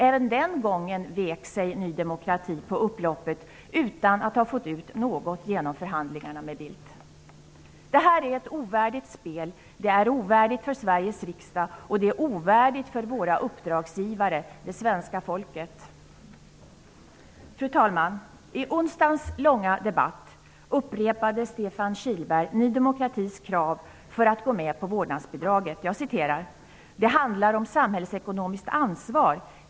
Även den gången vek sig Ny demokrati på upploppet utan att ha fått ut något genom förhandlingarna med Bildt. Det här är ett ovärdigt spel. Det är ovärdigt för Sveriges riksdag och det är ovärdigt för våra uppdragsgivare, svenska folket. Fru talman! I onsdagens långa debatt upprepade Stefan Kihlberg Ny demokratis krav för att gå med på vårdnadsbidraget: ''Det handlar om samhällsekonomiskt ansvar.